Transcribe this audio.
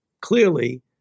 clearly